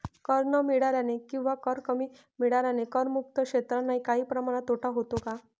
कर न मिळाल्याने किंवा कर कमी मिळाल्याने करमुक्त क्षेत्रांनाही काही प्रमाणात तोटा होतो का?